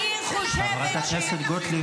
לא ניתן לכם.